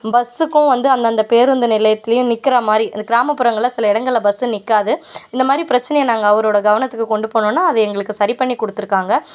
பஸ்ஸுக்கும் வந்து அந்தந்த பேருந்து நிலையத்துலேயும் நிக்கிறமாதிரி அந்த கிராமப்புறங்களில் சில இடங்களில் பஸ்சு நிற்க்காது இந்தமாதிரி பிரச்சனையை நாங்கள் அவரோடய கவனத்துக்கு கொண்டு போனோன அதை எங்களுக்கு சரி பண்ணி கொடுத்துருக்காங்க